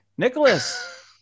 Nicholas